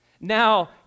Now